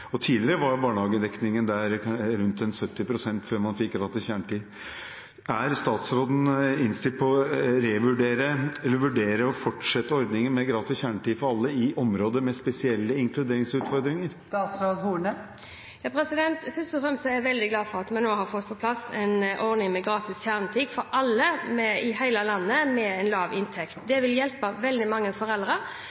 og opp til 600 000–700 000 kr – hvor det vil bety mye å få den økte utgiften til barnehage. Tidligere var barnehagedekningen der rundt 70 pst., før man fikk gratis kjernetid. Er statsråden innstilt på å vurdere å fortsette ordningen med gratis kjernetid for alle i områder med spesielle inkluderingsutfordringer? Først og fremst er jeg veldig glad for at vi nå har fått på plass en ordning med gratis kjernetid for alle i hele landet med lav inntekt. Det vil hjelpe veldig mange foreldre